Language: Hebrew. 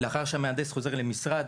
לאחר שהמהנדס חוזר למשרד,